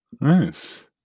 nice